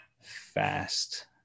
fast